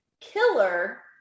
Killer